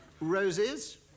roses